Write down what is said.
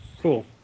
Cool